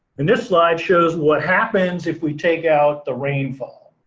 and this slide shows what happens if we take out the rainfall.